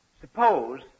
Suppose